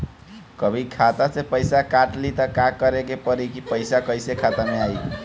कभी खाता से पैसा काट लि त का करे के पड़ी कि पैसा कईसे खाता मे आई?